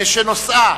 שנושאה: